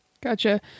gotcha